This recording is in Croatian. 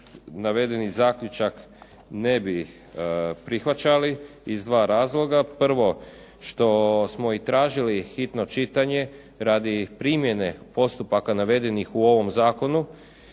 navedeni zaključak ne bi prihvaćali iz dva razloga. Prvo, što smo i tražili hitno čitanje radi primjene postupaka navedenih u ovom zakonu